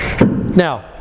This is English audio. Now